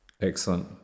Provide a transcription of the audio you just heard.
Excellent